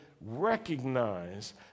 recognize